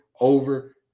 over